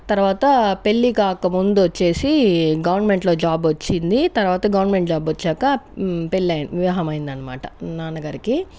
తర్వాత పెళ్ళి కాక ముందొచ్చేసి గవర్నమెంట్లో జాబ్ వచ్చింది తర్వాత గవర్నమెంట్ జాబ్ వచ్చాక పెళ్ళై వివాహమైందన్నమా ట నాన్నగారికి